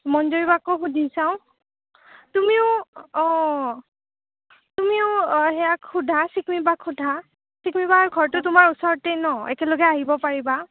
মঞ্জুৰী বাকো সুধি চাওঁ তুমিও অঁ তুমিও অঁ হেয়াক সুধা চিকমি বাক সোধা চিকমি বাৰ ঘৰটো তোমাৰ ওচৰতে ন একেলগে আহিব পাৰিবা